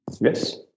Yes